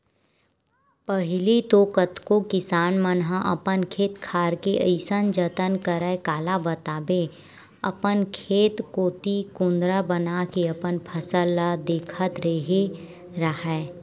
पहिली तो कतको किसान मन ह अपन खेत खार के अइसन जतन करय काला बताबे अपन खेत कोती कुदंरा बनाके अपन फसल ल देखत रेहे राहय